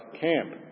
camp